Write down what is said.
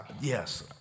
yes